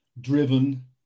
driven